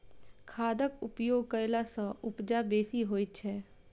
खादक उपयोग कयला सॅ उपजा बेसी होइत छै